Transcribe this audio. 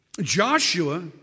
Joshua